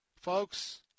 Folks